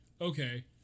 okay